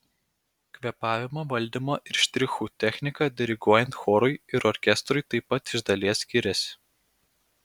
kvėpavimo valdymo ir štrichų technika diriguojant chorui ir orkestrui taip pat iš dalies skiriasi